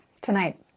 tonight